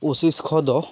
পঁচিছশ দহ